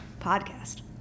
podcast